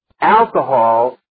alcohol